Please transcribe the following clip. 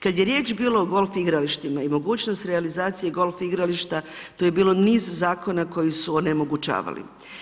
Kad je riječ bilo o golf igralištima i mogućnost realizacije golf igrališta tu je bilo niz zakona koji su onemogućavali.